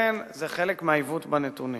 ולכן זה חלק מהעיוות בנתונים.